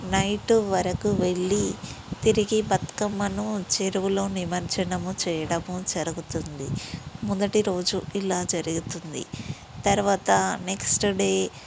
night వరకూ వెళ్ళి తిరిగి బతుకమ్మను చెరువులో నిమజ్జనం చేయడం జరుగుతుంది మొదటి రోజు ఇలా జరుగుతుంది తర్వాత నెక్స్ట్ డే